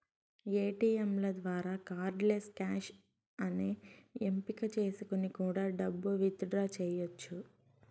ఏటీయంల ద్వారా cardless cash అనే ఎంపిక చేసుకొని కూడా డబ్బు విత్ డ్రా చెయ్యచ్చు